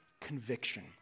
conviction